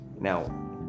Now